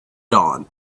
dawn